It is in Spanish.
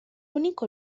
único